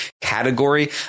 category